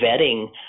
vetting